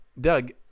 Doug